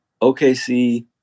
OKC